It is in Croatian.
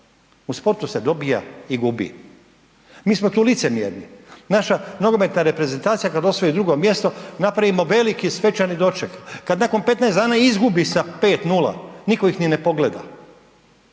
U sportu se dobija i gubi. Mi smo tu licemjerni, naša nogometna reprezentacija kada osvoji drugo mjesto napravimo veliki svečani doček, kada nakon 15 dana izgubi sa 5:0 niko ih ni ne pogleda.